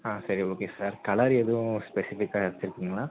ஆ சரி okay sir colour எதுவும் ஸ்பெஸிஃபிக்காக வெச்சுருக்கிங்களா